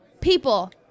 People